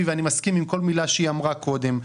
ואני מסכים עם כל מילה שהיא אמרה קודם.